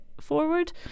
forward